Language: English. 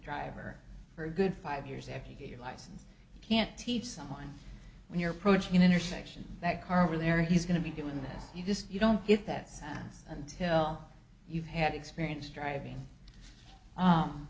driver for a good five years after you get your license you can't teach someone when you're pro choice you know intersection that car over there he's going to be doing this you just you don't get that sense until you've had experience driving